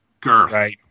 Girth